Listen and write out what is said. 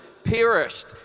perished